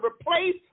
replace